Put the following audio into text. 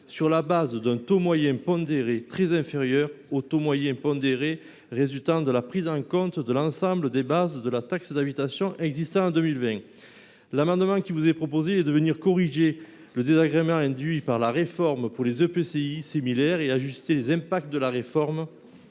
sur la base d’un taux moyen pondéré très inférieur au taux moyen pondéré résultant de la prise en compte de l’ensemble des bases de taxe d’habitation existant en 2020. L’amendement qui vous est proposé vise à corriger le désagrément induit par la réforme pour les EPCI qui sont dans cette situation et ajuster les impacts de la réforme